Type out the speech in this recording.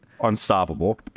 Unstoppable